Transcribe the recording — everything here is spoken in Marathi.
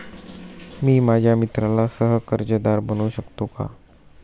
मी माझ्या मित्राला सह कर्जदार बनवू शकतो का?